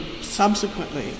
subsequently